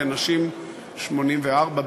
לנשים 84,